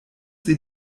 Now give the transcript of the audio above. sie